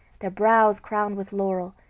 their brows crowned with laurel,